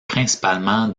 principalement